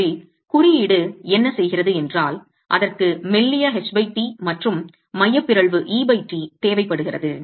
எனவே குறியீடு என்ன செய்கிறது என்றால் அதற்கு மெல்லிய ht மற்றும் மைய பிறழ்வு et தேவைப்படுகிறது